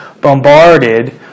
bombarded